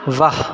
वह